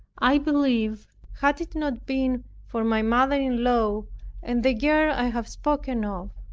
i believe, had it not been for my mother-in-law, and the girl i have spoken of,